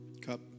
cup